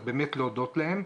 אז באמת להודות להם,